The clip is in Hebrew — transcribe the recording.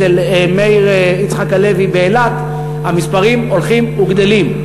אצל יצחק הלוי באילת המספרים הולכים וגדלים.